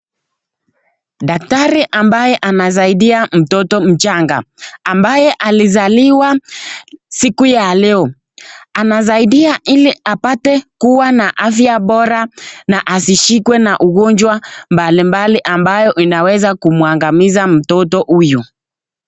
Daktari ambaye anasaidia mtoto mchanga, ambaye alizaliwa siku ya leo. Anasaidia ili apate kuwa na afya bora na asishikwe na ugonjwa mbalimbali ambayo inaweza kumuangamiza mtoto huyu.